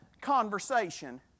conversation